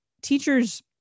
teachers